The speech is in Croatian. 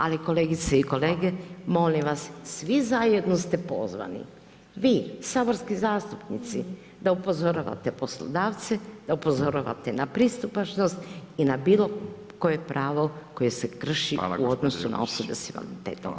Ali kolegice i kolege, molim vas, svi zajedno ste pozvani, vi, saborski zastupnici da upozoravate poslodavce, da upozoravate na pristupačnost i na bilo koje pravo koje se krši u odnosu na osobe sa invaliditetom.